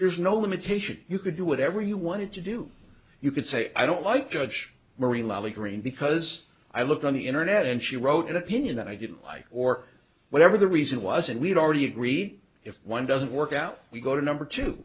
there's no limitation you could do whatever you wanted to do you could say i don't like judge marie lovely green because i looked on the internet and she wrote an opinion that i didn't like or whatever the reason was and we had already agreed if one doesn't work out we go to number t